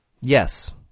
Yes